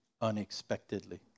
unexpectedly